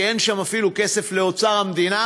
כי אין שם אפילו כסף לאוצר המדינה,